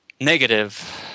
negative